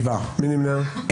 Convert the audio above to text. הצבעה לא אושרו.